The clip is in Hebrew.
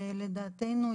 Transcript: לדעתנו,